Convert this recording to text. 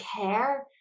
care